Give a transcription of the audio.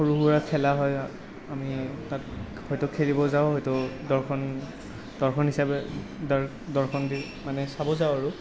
সৰু সুৰা খেলা হয় আমি তাত হয়তো খেলিব যাওঁ হয়তো দৰ্শন দৰ্শন হিচাপে দৰ্শন দি মানে চাব যাওঁ আৰু